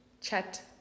chat